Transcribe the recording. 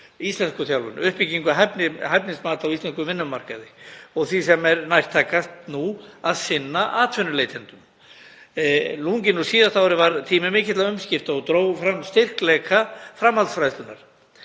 íslenskuþjálfun, uppbyggingu hæfnismats á íslenskum vinnumarkaði og því sem er nærtækast nú; að sinna atvinnuleitendum. Lunginn úr síðasta ári var tími mikilla umskipta og dró fram styrkleika framhaldsfræðslunnar